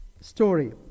Story